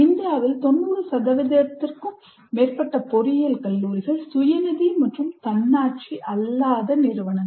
இந்தியாவில் 90 க்கும் மேற்பட்ட பொறியியல் கல்லூரிகள் சுயநிதி மற்றும் தன்னாட்சி அல்லாத நிறுவனங்கள்